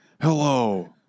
Hello